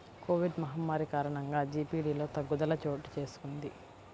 Covid మహమ్మారి కారణంగా జీడీపిలో తగ్గుదల చోటుచేసుకొంది